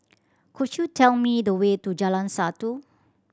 could you tell me the way to Jalan Satu